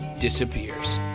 disappears